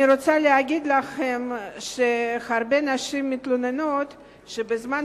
אני רוצה להגיד לכם שהרבה נשים מתלוננות שבזמן